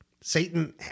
Satan